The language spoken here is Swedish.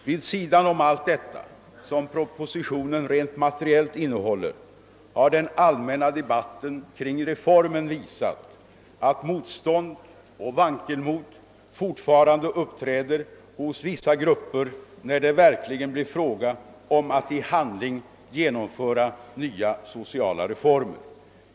Vid sidan om allt detta som propositionen rent materiellt innehåller, har den allmänna debatten kring reformen visat att motstånd och vankelmod fortfarande uppträder hos vissa grupper när det verkligen gäller att i handling genomföra nya sociala reformer.